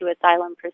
asylum